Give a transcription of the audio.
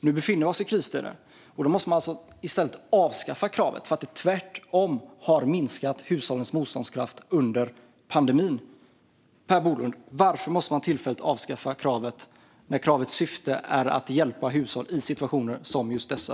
Nu befinner vi oss i kristider, och då måste man i stället avskaffa kravet för att det tvärtom har minskat hushållens motståndskraft under pandemin. Varför, Per Bolund, måste man tillfälligt avskaffa kravet när kravets syfte är att hjälpa hushåll i situationer som just denna?